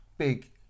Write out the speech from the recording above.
Big